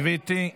סליחה.